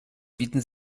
bieten